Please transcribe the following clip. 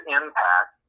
impact